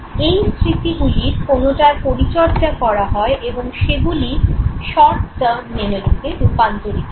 এই স্মৃতিগুলির কোনটার পরিচর্যা করা হয় এবং সেগুলি শর্ট টার্ম মেমোরিতে রূপান্তরিত হয়